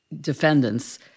defendants